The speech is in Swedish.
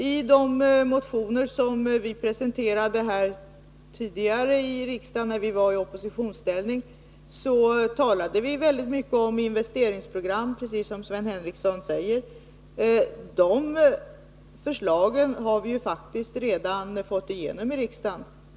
I de motioner som vi tidigare presenterade här i riksdagen när vi var i oppositionsställning talade vi väldigt mycket om investeringsprogram, precis som Sven Henricsson säger. De förslagen har vi ju faktiskt redan fått igenom i riksdagen.